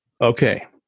okay